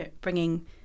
bringing